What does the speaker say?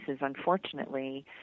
unfortunately